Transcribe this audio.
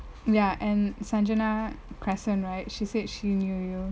ya and sanjana crescent right she said she knew you